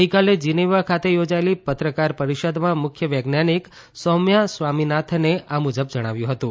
ગઇકાલે જીનીવા ખાતે યોજાયેલી પત્રકાર પરિષદમાં મુખ્ય વૈજ્ઞાનિક સૌમ્યા સ્વામીનાથને આ મુજબ જણાવ્યું હતું